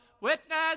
Witness